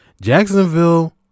Jacksonville